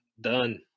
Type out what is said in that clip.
done